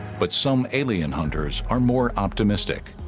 but some alien hunters are more optimistic